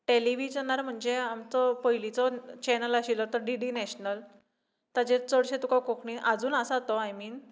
टॅलिविझनार म्हणचे आमचो पयलींचो चॅनल आशिल्लो तो डी डी नॅशनल ताचेर चडशे तुका कोंकणी आजून आसा तो आय मीन